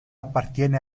appartiene